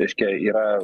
reiškia yra